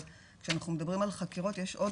אבל כשאנחנו מדברים על חקירות יש עוד